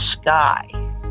sky